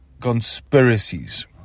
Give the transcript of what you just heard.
conspiracies